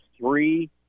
three